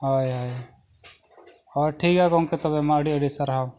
ᱦᱳᱭ ᱦᱳᱭ ᱦᱳᱭ ᱴᱷᱤᱠ ᱜᱮᱭᱟ ᱜᱚᱢᱠᱮ ᱛᱚᱵᱮ ᱢᱟ ᱟᱹᱰᱤ ᱟᱹᱰᱤ ᱥᱟᱨᱦᱟᱣ